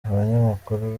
abanyamakuru